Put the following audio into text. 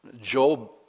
Job